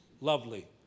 lovely